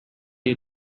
you